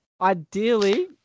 Ideally